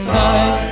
time